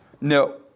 No